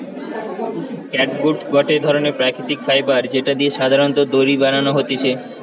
catgut গটে ধরণের প্রাকৃতিক ফাইবার যেটা দিয়ে সাধারণত দড়ি বানানো হতিছে